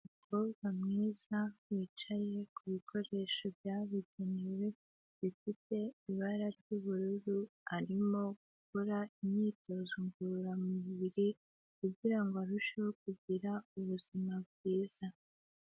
Umukobwa mwiza wicaye ku bikoresho byabugenewe, bifite ibara ry'ubururu, arimo gukora imyitozo ngororamubiri kugira ngo arusheho kugira ubuzima bwiza.